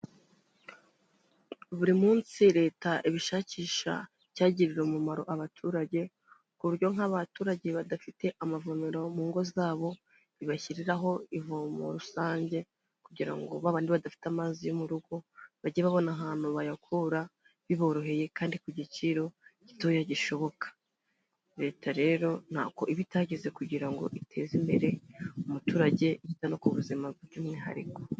Buri munsi Leta iba ishakisha icyagirira umumaro abaturage, ku buryo nk'abaturage badafite amavomero mu ngo zabo, ibashyiriraho ivomo rusange kugira ngo ba bandi badafite amazi yo mu rugo, bajye babona ahantu bayakura biboroheye kandi ku giciro gitoya gishoboka. Leta rero ntako iba itagize kugira ngo iteze imbere umuturage yita no ku buzima by'umwihariko.